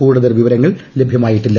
കൂടുതൽ വിവരങ്ങൾ ലഭ്യമായിട്ടില്ല